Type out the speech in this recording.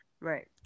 right